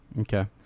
Okay